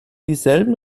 dieselben